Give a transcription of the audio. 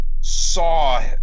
saw